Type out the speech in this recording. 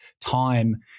time